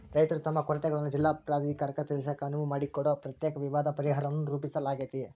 ರೈತರು ತಮ್ಮ ಕೊರತೆಗಳನ್ನ ಜಿಲ್ಲಾ ಪ್ರಾಧಿಕಾರಕ್ಕ ತಿಳಿಸಾಕ ಅನುವು ಮಾಡಿಕೊಡೊ ಪ್ರತ್ಯೇಕ ವಿವಾದ ಪರಿಹಾರನ್ನ ಸಹರೂಪಿಸಲಾಗ್ಯಾತಿ